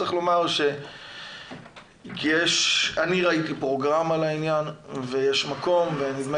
צריך לומר שאני ראיתי פרוגרמה לעניין ויש מקום ונדמה